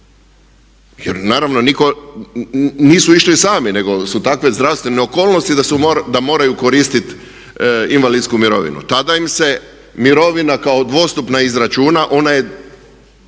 jer naravno nitko, nisu išli sami nego su takve zdravstvene okolnosti da moraju koristiti invalidsku mirovinu. Tada im se mirovina kao dvostupna izračuna, ona je